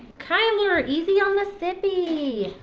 kyler easy on the sippy!